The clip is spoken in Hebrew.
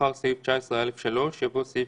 לא יגלה אותו לאחר ולא יעשה בו כל שימוש,